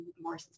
more